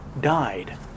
died